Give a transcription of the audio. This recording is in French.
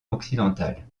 occidental